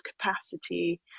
capacity